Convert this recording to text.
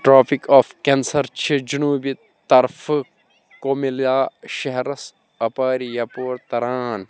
tropic of cancer چھِ جنوٗبی طرفہٕ کومِلیا شہرس اَپارِ یپور تَران